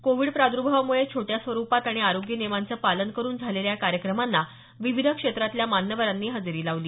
Covid प्रादुर्भावामुळे छोट्या स्वरूपात आणि आरोग्य नियमांचे पालन करून झालेल्या या कार्यक्रमांना विविध क्षेत्रातल्या मान्यवरांनी हजेरी लावली